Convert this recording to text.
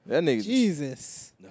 Jesus